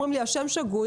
אומרים לי שהשם שגוי,